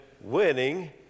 winning